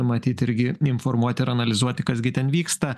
matyt irgi informuot ir analizuoti kas gi ten vyksta